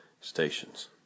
stations